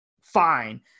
Fine